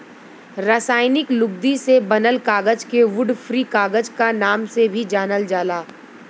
रासायनिक लुगदी से बनल कागज के वुड फ्री कागज क नाम से भी जानल जाला